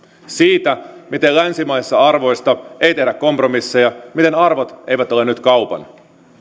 siitä miten länsimaisista arvoista ei tehdä kompromisseja miten arvot eivät ole nyt kaupan